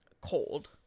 cold